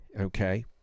okay